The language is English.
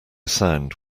sound